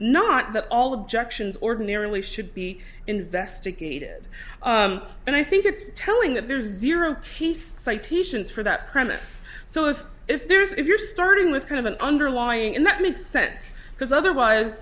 not that all objects actions ordinarily should be investigated and i think it's telling that there's zero piece citations for that premise so if if there's if you're starting with kind of an underlying and that makes sense because otherwise